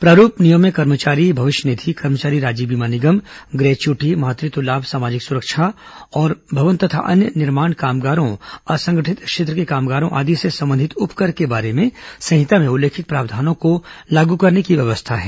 प्रारूप नियमों में कर्मचारी भविष्य निधि कर्मचारी राज्य बीमा निगम ग्रेच्युटी मातृत्व लाभ सामाजिक सुरक्षा और भवन तथा अन्य निर्माण कामगारों असंगठित क्षेत्र के कामगारों आदि से संबंधित उपकर के बारे में संहिता में उल्लिखित प्रावधानों को लागू करने की व्यवस्था है